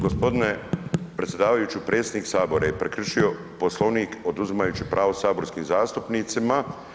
Gospodine predsjedavajući predsjednik Sabora je prekršio Poslovnik oduzimajući pravo saborskim zastupnicima.